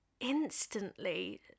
Instantly